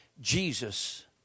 Jesus